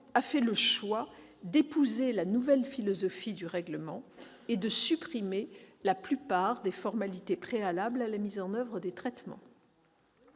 a fait le choix d'épouser la nouvelle philosophie du règlement et de supprimer la plupart des formalités préalables à la mise en oeuvre des traitements.